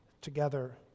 together